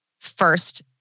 first